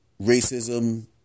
racism